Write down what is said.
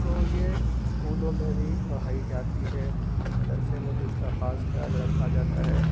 اب تو یہ اسکولوں میں بھی پڑھائی جاتی ہے مدرسے میں تو اس کا خاص خیال رکھا جاتا ہے